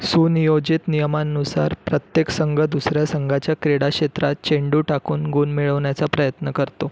सुनियोजित नियमांनुसार प्रत्येक संघ दुसऱ्या संघाच्या क्रीडाक्षेत्रात चेंडू टाकून गुण मिळवण्याचा प्रयत्न करतो